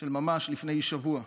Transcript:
ממש לפני שבוע,